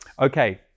Okay